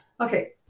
Okay